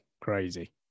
crazy